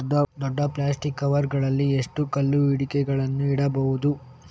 ದೊಡ್ಡ plastic cover ಗಳಲ್ಲಿ ಎಷ್ಟು ಕಾಲ ಅಡಿಕೆಗಳನ್ನು ಇಡಬಹುದು?